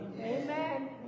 Amen